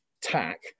tack